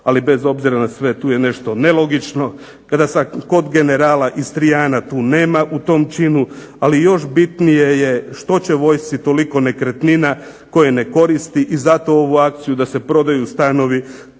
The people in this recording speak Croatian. Ali bez obzira na sve tu je nešto nelogično. Kod generala Istrijana tu nema u tom činu, ali još bitnije je što će vojsci toliko nekretnina koje ne koristi i zato ovu akciju da se prodaju stanovi